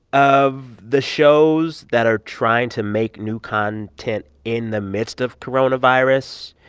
of the shows that are trying to make new content in the midst of coronavirus,